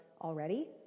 already